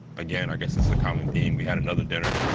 again, i guess it's a common theme, we had another dinner!